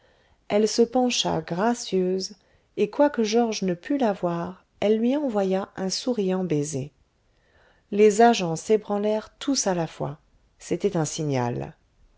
elle se pencha gracieuse et quoique georges ne pût la voir elle lui envoya un souriant baiser les agents s'ébranlèrent tous à la fois c'était un signal